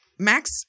Max